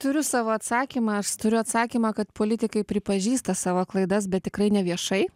turiu savo atsakymą aš turiu atsakymą kad politikai pripažįsta savo klaidas bet tikrai neviešai